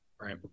Right